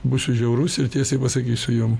būsiu žiaurus ir tiesiai pasakysiu jum